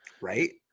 Right